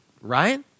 right